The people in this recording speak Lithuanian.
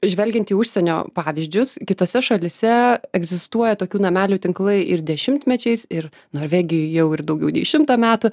žvelgiant į užsienio pavyzdžius kitose šalyse egzistuoja tokių namelių tinklai ir dešimtmečiais ir norvegijoje jau ir daugiau nei šimtą metų